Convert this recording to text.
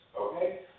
Okay